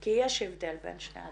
כי יש הבדל בין שני הדברים.